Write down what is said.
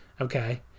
okay